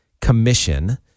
commission